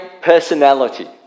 personality